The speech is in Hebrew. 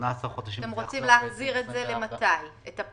למתי אתם רוצים להחזיר את הפקיעה?